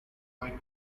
quite